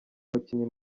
umukinnyi